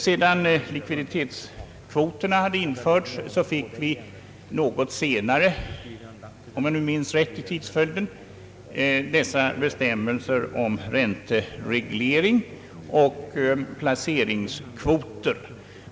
Sedan likviditetskvoterna hade införts fick vi något senare — om jag nu minns rätt i tidsföljden — bestämmelserna om räntereglering och placeringskvoter.